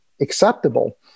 acceptable